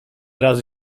razy